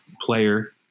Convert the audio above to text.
player